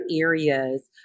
areas